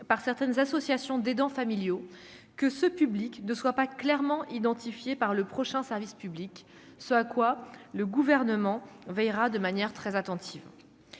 par certaines associations d'aidants familiaux que ce public de soient pas clairement identifiées par le prochain service public ce à quoi le gouvernement veillera de manière très attentive,